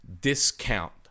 discount